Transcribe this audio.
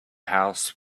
house